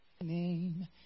name